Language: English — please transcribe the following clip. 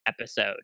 episode